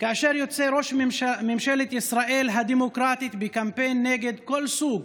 כאשר ראש ממשלת ישראל הדמוקרטית יוצא בקמפיין נגד כל סוג